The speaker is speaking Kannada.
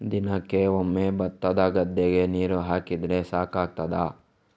ದಿನಕ್ಕೆ ಒಮ್ಮೆ ಭತ್ತದ ಗದ್ದೆಗೆ ನೀರು ಹಾಕಿದ್ರೆ ಸಾಕಾಗ್ತದ?